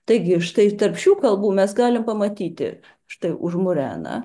taigi štai tarp šių kalbų mes galim pamatyti štai užmureną